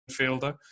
midfielder